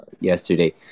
yesterday